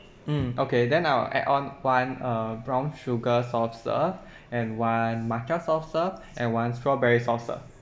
mm okay then I will add on one uh brown sugar soft serve and one matcha soft serve and one strawberry soft serve